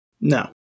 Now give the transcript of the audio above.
No